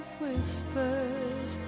whispers